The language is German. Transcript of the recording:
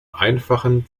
einfachen